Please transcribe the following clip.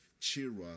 Chira